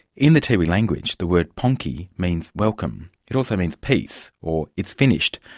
in the tiwi language the word ponki means welcome. it also means peace or it's finished.